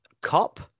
COP